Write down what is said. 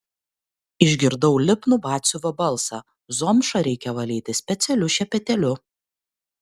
išgirdau lipnų batsiuvio balsą zomšą reikia valyti specialiu šepetėliu